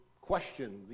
question